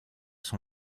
son